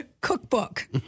cookbook